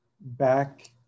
back